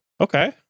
okay